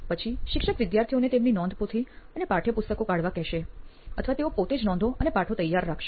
પછી શિક્ષક વિદ્યાર્થીઓને તેમની નોટબુક અને પાઠયપુસ્તકો કાઢવા કહેશે અથવા તેઓ પોતે જ નોંધો અને પાઠો તૈયાર રાખશે